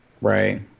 right